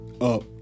up